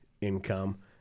income